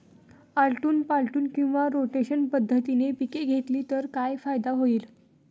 आलटून पालटून किंवा रोटेशन पद्धतीने पिके घेतली तर काय फायदा होईल?